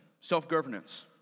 self-governance